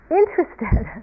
interested